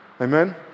Amen